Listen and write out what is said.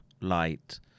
light